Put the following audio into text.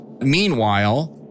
meanwhile